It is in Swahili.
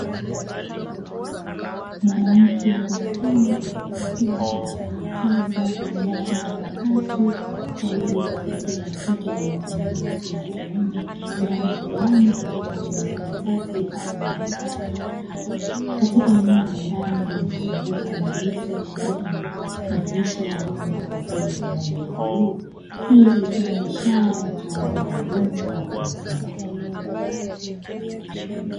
Mwanamke wa makamo akiwa anawaelekeza vijana watatu, wawili wa jinsia ya kike na mmoja wa jinsia ya kiume jambo fulani kutoka kwenye makaratasi au madaftari katika eneo la ndani lililozungukwa na viti pamoja na madirisha yaliyo na mapazia yenye rangi ya bluu; hii ikiwa ni ishara ya utoaji wa elimu kwa watu wazima.